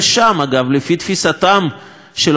לפי תפיסתם של אובמה וקרי,